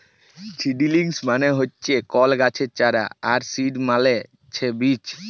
seedlings মানে হচ্যে কল গাছের চারা আর সিড মালে ছে বীজ